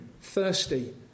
thirsty